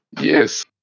Yes